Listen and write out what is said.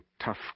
tough